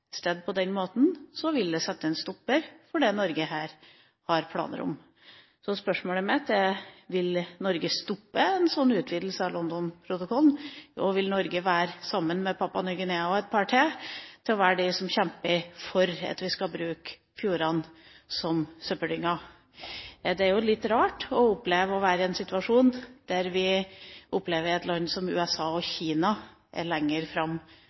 på den måten, vil det sette en stopper for det som Norge her har planer om. Så spørsmålet mitt er: Vil Norge stoppe en sånn utvidelse av London-protokollen? Og: Vil Norge, sammen med Papua Ny-Guinea og et par til, være blant dem som kjemper for at vi skal bruke fjordene som søppeldynger? Det er jo litt rart å være i en situasjon der vi opplever at land som USA og Kina er lenger